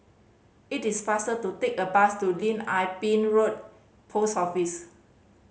it is faster to take a bus to Lim Ah Pin Road Post Office